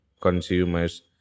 consumers